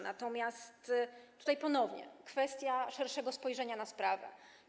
Natomiast tutaj, ponownie, jest kwestia szerszego spojrzenia na sprawę.